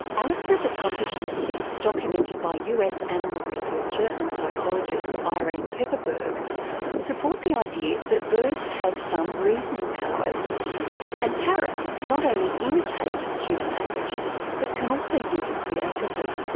alex's accomplishments documented by us animal researcher and psychologist irene pepperberg support the idea that birds have some reasoning powers and parrots not only imitate human language but can also use it creatively.